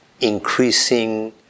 increasing